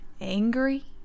angry